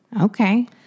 Okay